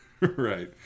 right